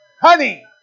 honey